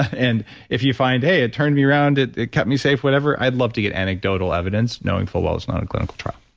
and if you find, hey, it turned me round. it it kept me safe whatever. i'd love to get anecdotal evidence, knowing full well it's not clinical trial.